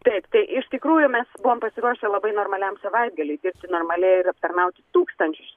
taip tai iš tikrųjų mes buvom pasiruošę labai normaliam savaitgaliui dirbti normaliai ir aptarnauti tūkstančius